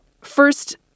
First